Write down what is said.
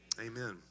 amen